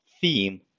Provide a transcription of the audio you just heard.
theme